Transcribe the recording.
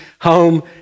home